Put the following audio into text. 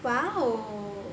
!wow!